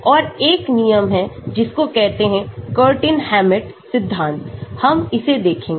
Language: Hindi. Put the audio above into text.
और एक नियम हैजिसको कहते Curtin Hammett सिद्धांत हमइसे देखेंगे